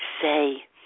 say